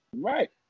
right